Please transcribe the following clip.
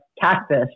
cactus